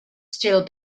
still